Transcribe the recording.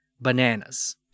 Bananas